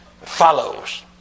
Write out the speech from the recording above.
follows